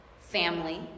family